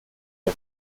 per